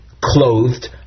clothed